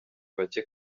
bake